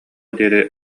диэри